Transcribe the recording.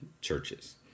churches